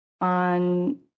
On